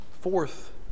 fourth